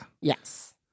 Yes